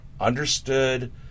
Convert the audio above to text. understood